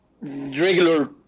regular